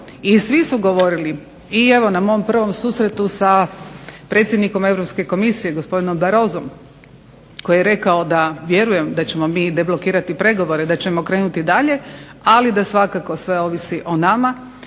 i svi su govorili, evo i na mom prvom susretu sa predsjednikom komisije gospodinom Barosom koji je rekao da vjeruje da ćemo mi deblokirati pregovore i da ćemo krenuti dalje ali da svakako sve ovisi o nama